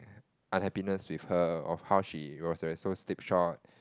unhappiness with her of how she was always so slipshod